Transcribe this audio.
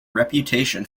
reputation